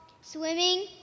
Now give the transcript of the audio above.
Swimming